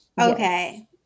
Okay